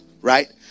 right